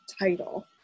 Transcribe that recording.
title